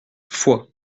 foix